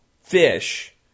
fish